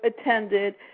attended